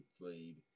played